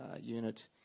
unit